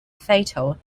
fatal